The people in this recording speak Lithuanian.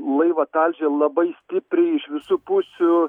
laivą talžė labai stipriai iš visų pusių